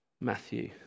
Matthew